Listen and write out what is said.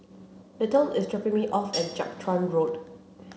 little is dropping me off at Jiak Chuan Road